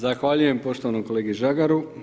Zahvaljujem poštovanom kolegi Žagaru.